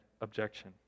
objection